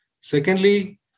Secondly